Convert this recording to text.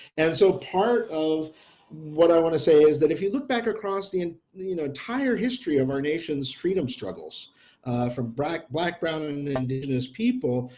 and so part of what i want to say is that if you look back across the and you know entire history of our nation's freedom struggles from black, brown, and indigenous people,